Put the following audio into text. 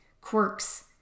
quirks